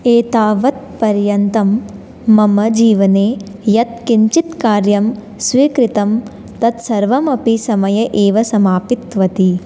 एतावत् पर्यन्तं मम जीवने यत्किञ्चित् कार्यं स्वीकृतं तत्सर्वमपि समये एव समापितवती